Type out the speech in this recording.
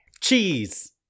Cheese